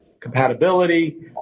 compatibility